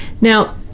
Now